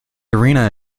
arena